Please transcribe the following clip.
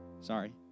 Sorry